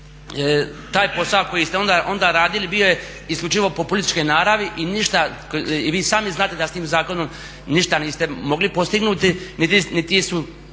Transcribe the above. taj posao koji ste onda radili bio je isključivo populističke naravi i ništa i vi sami znate da s tim zakonom ništa niste mogli postignuti, niti su